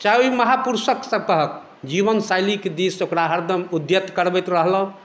चाहे ओ महापुरुषक सभक जीवन शैलीके दिस ओकरा हमरम उद्यत करबैत रहलहुँ